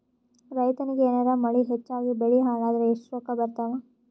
ರೈತನಿಗ ಏನಾರ ಮಳಿ ಹೆಚ್ಚಾಗಿಬೆಳಿ ಹಾಳಾದರ ಎಷ್ಟುರೊಕ್ಕಾ ಬರತ್ತಾವ?